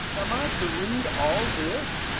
am i to read all this?